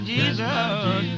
Jesus